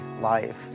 life